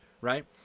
right